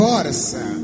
Força